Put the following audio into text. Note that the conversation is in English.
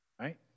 right